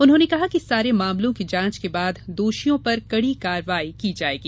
उन्होंने कहा कि सारे मामलों की जांच के बाद दोषियों पर कड़ी कार्यवाही की जाएगी